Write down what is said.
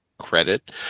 Credit